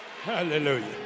hallelujah